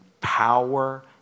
power